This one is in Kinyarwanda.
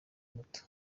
moto